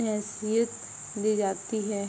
नसीहत दी जाती है